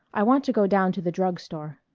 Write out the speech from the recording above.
i want to go down to the drug-store.